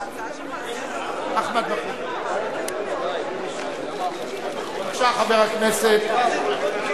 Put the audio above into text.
ענישה ודרכי טיפול) (תיקון מס' 15) (הליך חלופי),